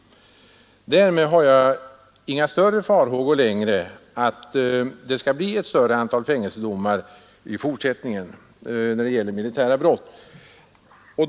Därmed har jag inte längre några större farhågor för att det skall bli ett ökat antal fängelsedomar i fortsättningen när det gäller militära brott.